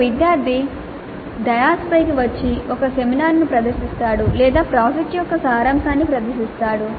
ఒక విద్యార్థి డయాస్పైకి వచ్చి ఒక సెమినార్ను ప్రదర్శిస్తాడు లేదా ప్రాజెక్ట్ యొక్క సారాంశాన్ని ప్రదర్శిస్తాడు